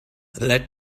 let